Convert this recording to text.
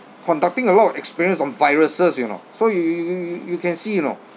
conducting a lot of experiments on viruses you know so you you you you can see you know